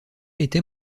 était